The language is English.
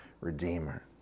redeemer